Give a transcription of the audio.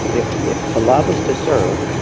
if if to love is to serve,